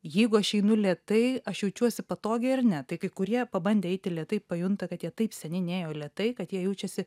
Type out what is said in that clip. jeigu aš einu lėtai aš jaučiuosi patogiai ar ne tai kai kurie pabandę eiti lėtai pajunta kad jie taip seniai nėjo lėtai kad jie jaučiasi